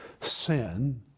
sin